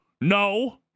no